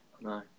No